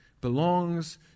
belongs